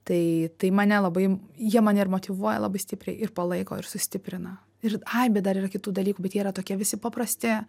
tai tai mane labai jie mane ir motyvuoja labai stipriai ir palaiko ir sustiprina ir ai bet dar yra kitų dalykų bet jie yra tokie visi paprasti